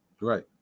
Right